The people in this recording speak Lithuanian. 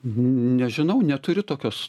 nežinau neturiu tokios